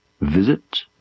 Visit